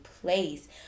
place